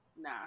Nah